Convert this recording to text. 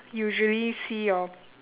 usually see your